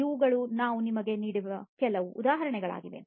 ಇವುಗಳು ನಾನು ನಿಮಗೆ ನೀಡಿದ ಕೆಲವು ಉದಾಹರಣೆಗಳಾಗಿವೆ